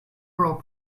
girl